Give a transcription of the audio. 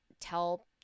tell